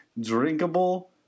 drinkable